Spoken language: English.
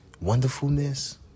Wonderfulness